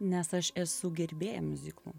nes aš esu gerbėja miuziklų